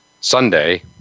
Sunday